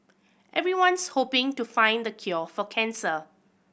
everyone's hoping to find the cure for cancer